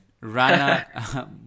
Rana